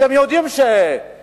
אתם יודעים שב-1902,